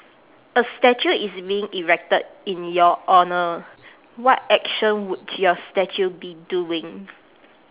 a statue is being erected in your honour what action would your statue be doing